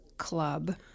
club